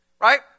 right